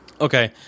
Okay